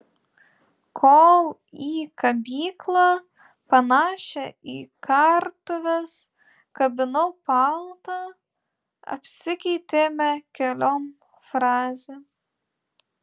kol į kabyklą panašią į kartuves kabinau paltą apsikeitėme keliom frazėm